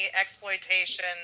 exploitation